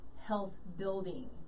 health-building